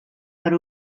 per